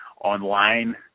online